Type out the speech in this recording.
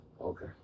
Okay